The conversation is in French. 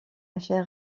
chair